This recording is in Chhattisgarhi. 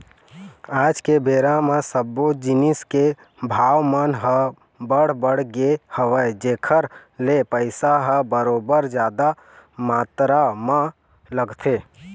आज के बेरा म सब्बो जिनिस के भाव मन ह बड़ बढ़ गे हवय जेखर ले पइसा ह बरोबर जादा मातरा म लगथे